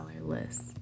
list